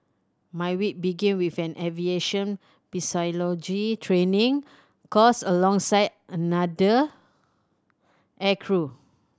my week began with an aviation physiology training course alongside another aircrew